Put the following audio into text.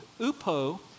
upo